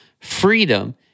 freedom